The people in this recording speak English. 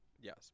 Yes